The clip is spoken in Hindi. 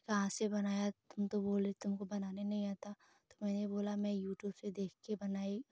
कहाँ से बनाया तुम तो बोल रही तुमको बनाना नहीं आता तो मैने बोला मैं यूट्यूब से देख कर बनाई